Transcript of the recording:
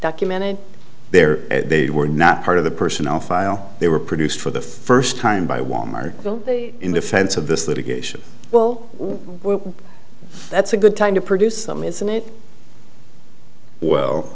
documented there they were not part of the personnel file they were produced for the first time by wal mart in defense of this litigation well that's a good time to produce them isn't it well